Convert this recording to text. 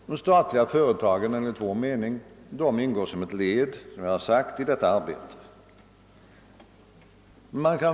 De statliga företagen ingår, som jag sagt, enligt vår mening som ett led härvidlag.